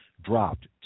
dropped